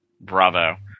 bravo